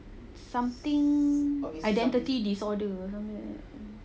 something of identity disorder something like that